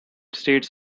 states